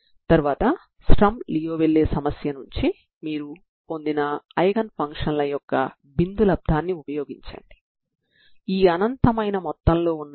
energy argument ని ఉపయోగించడం ద్వారా ఇంతకు ముందు ఇచ్చిన రుజువు ఇక్కడ కూడా పనిచేస్తుంది కాబట్టి పరిష్కారం యొక్క ప్రత్యేకత ఇక్కడ హామీ ఇవ్వబడుతుంది